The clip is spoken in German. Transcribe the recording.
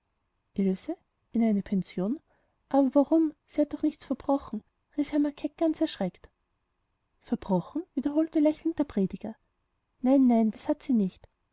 in eine pension aber warum sie hat doch nichts verbrochen rief herr macket ganz erschreckt verbrochen wiederholte lächelnd der prediger nein nein das hat sie nicht